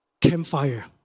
campfire